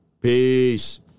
Peace